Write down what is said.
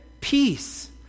Peace